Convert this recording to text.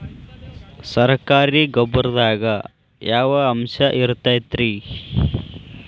ಸರಕಾರಿ ಗೊಬ್ಬರದಾಗ ಯಾವ ಅಂಶ ಇರತೈತ್ರಿ?